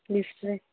list ᱨᱮ